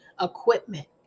equipment